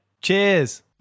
Cheers